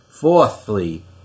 Fourthly